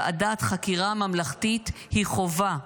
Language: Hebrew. ועדת חקירה ממלכתית היא חובה.